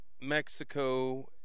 Mexico